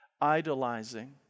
idolizing